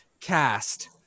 cast